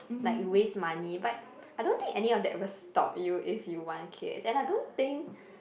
like waste money but I don't think any of that will stop you if you want kids and I don't think